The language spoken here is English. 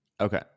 Okay